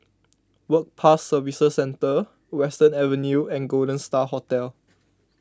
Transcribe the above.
Work Pass Services Centre Western Avenue and Golden Star Hotel